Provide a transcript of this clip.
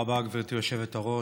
תודה רבה, גברתי היושבת-ראש.